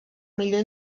millor